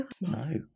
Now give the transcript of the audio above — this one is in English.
No